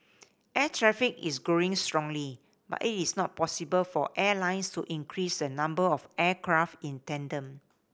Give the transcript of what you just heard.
air traffic is growing strongly but it is not possible for airlines to increase the number of aircraft in tandem